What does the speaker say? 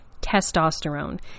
testosterone